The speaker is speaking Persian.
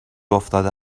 افتاده